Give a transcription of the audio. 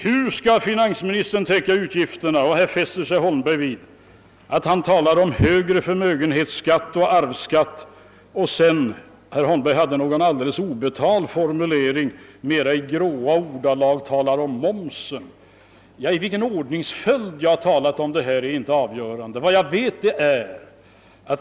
Hur skall finansministern täcka utgifterna, frågade herr Holmberg och talade i det sammanhanget om högre förmögenhetsskatt och arvsskatt, och sedan hade herr Holmberg en obetalbar formulering när det gällde frågan om i vilken ordning jag här talat om sakerna och tagit momsen sist. Den ordning som jag använt när jag talat om detta är inte avgörande.